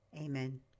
Amen